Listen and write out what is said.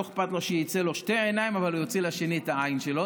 לא אכפת לו שיצאו לו שתי העיניים אבל הוא יוציא לשני את העין שלו,